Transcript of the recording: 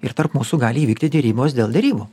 ir tarp mūsų gali įvykti derybos dėl derybų